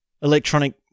electronic